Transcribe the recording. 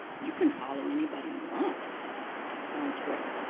you can follow anybody you want on twitter.